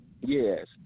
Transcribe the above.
yes